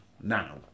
now